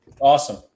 Awesome